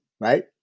right